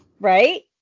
Right